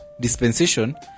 dispensation